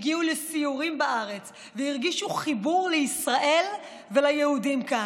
הגיעו לסיורים בארץ והרגישו חיבור לישראל וליהודים כאן,